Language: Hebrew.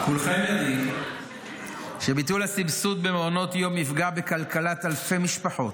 כולכם יודעים שביטול הסבסוד במעונות יום יפגע בכלכלת אלפי משפחות.